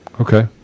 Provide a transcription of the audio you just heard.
Okay